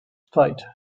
fate